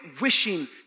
wishing